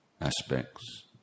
aspects